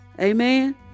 Amen